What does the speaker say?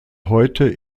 heute